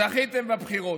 זכיתם בבחירות.